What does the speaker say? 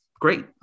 great